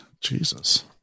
Jesus